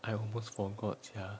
I almost forgot sia